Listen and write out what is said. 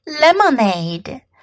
lemonade